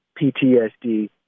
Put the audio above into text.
PTSD